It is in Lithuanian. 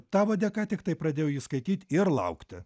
tavo dėka tiktai pradėjau jį skaityti ir laukti